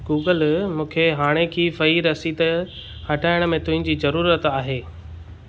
Google मूंखे हाणेकी फ़हिरिस्त हटाइण में तुंहिंजी ज़रूरत आहे